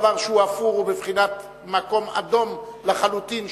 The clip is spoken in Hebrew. אלא כל דבר שהוא אפור הוא בבחינת מקום אדום לחלוטין,